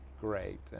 great